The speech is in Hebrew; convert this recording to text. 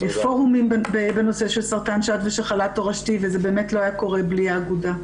יש פורומים בנושא של סרטן שד ושחלה תורשתי וזה לא היה קורה בלי האגודה.